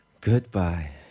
Goodbye